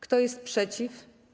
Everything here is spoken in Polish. Kto jest przeciw?